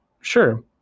sure